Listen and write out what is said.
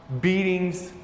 beatings